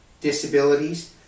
disabilities